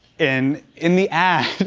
in in the ad,